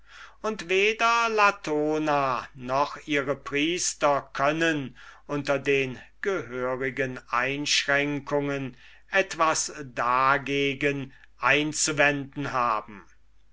und weder latona noch ihre priester können unter den gehörigen einschränkungen etwas dagegen einzuwenden haben